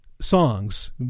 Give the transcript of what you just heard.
songs